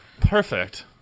perfect